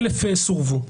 1,000 סורבו.